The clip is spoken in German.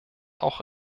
auch